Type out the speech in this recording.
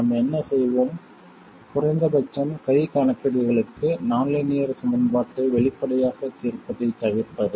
நாம் என்ன செய்வோம் குறைந்தபட்சம் கை கணக்கீடுகளுக்கு நான் லீனியர் சமன்பாட்டை வெளிப்படையாகத் தீர்ப்பதைத் தவிர்ப்பது